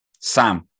Sam